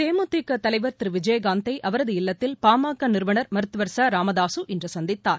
தேமுதிகதலைவர் திருவிஜயகாந்தைஅவரது இல்லத்தில் பாமகநிறுவனர் மருத்துவர் ச ராமதாக இன்றுசந்தித்தார்